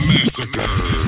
Massacre